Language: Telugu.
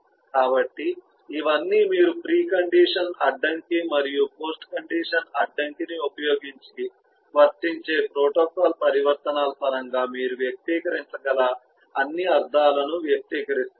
కాబట్టి ఇవన్నీ మీరు ప్రీ కండిషన్ అడ్డంకి మరియు పోస్ట్ కండిషన్ అడ్డంకిని ఉపయోగించి వర్తించే ప్రోటోకాల్ పరివర్తనల పరంగా మీరు వ్యక్తీకరించగల అన్ని అర్థాలను వ్యక్తీకరిస్తున్నారు